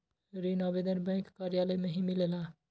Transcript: ऋण आवेदन बैंक कार्यालय मे ही मिलेला?